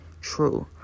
true